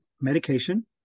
medication